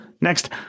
Next